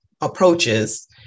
approaches